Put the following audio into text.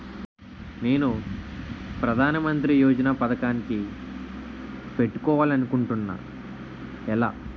నేను ప్రధానమంత్రి యోజన పథకానికి పెట్టుకోవాలి అనుకుంటున్నా ఎలా?